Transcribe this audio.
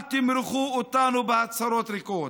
אל תמרחו אותנו בהצהרות ריקות.